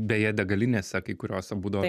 beje degalinėse kai kuriose būdavo